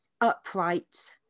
upright